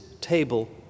table